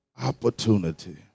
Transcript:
opportunity